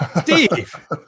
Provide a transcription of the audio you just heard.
Steve